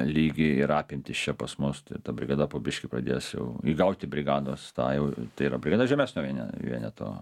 lygį ir apimtis čia pas mus ta brigada po biškį pradės jau įgauti brigados tą jau yra brigada žemesnio viene vieneto